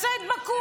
מצאה את באקו.